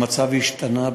המצב השתנה,